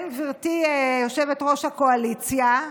כן, גברתי יושבת-ראש הקואליציה,